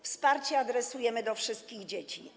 Wsparcie kierujemy do wszystkich dzieci.